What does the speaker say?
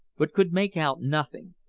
but could make out nothing.